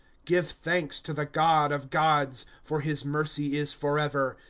give thanks to the god of gods for his mercy is forever.